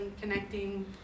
connecting